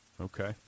Okay